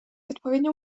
odpowiednią